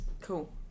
cool